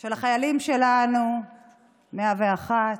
של החיילים שלנו, 101,